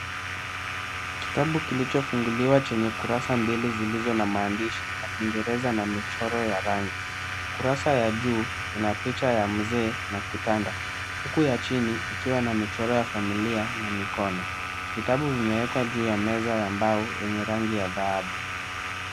Kitabu kilichofunguliwa kurasa mbili zilizo na maandishi ya kingereza na michoro ya rangi. Kurasa ya juu ina picha ya mzee na kitanda. Huku ya chini ikiwa na michoro ya familia na mikono. Vitabu vimewekwa juu ya meza ya mbao yenye rangi ya dhahabu.